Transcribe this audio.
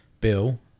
Bill